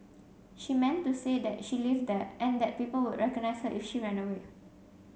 she meant to say that she lived there and that people would recognise her if she ran away